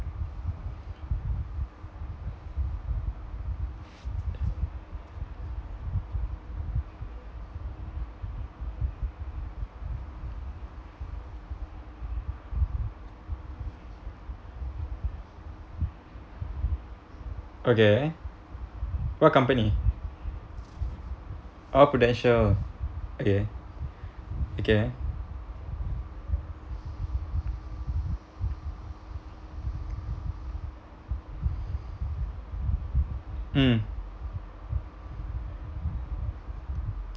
okay what company oh prudential okay okay mm